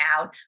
out